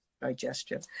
digestion